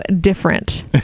different